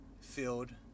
filled